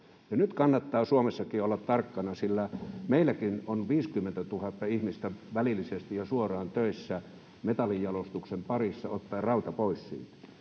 Nyt kannattaa Suomessakin olla tarkkana, sillä meilläkin on 50 000 ihmistä välillisesti ja suoraan töissä metallinjalostuksen parissa, ottaen rauta pois siitä.